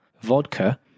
vodka